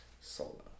solo